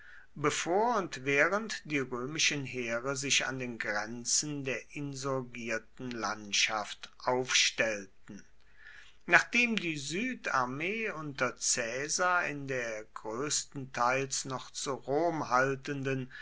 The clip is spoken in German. bevor und während die römischen heere sich an den grenzen der insurgierten landschaft aufstellten nachdem die südarmee unter caesar in der größtenteils noch zu rom haltenden